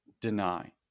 deny